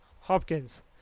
Hopkins